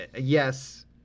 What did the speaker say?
Yes